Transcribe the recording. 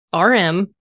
rm